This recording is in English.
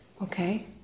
okay